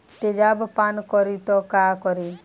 तेजाब पान करी त का करी?